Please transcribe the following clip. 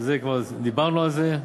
כבר דיברנו על זה.